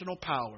power